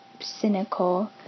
cynical